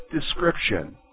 description